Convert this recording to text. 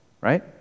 right